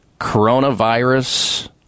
coronavirus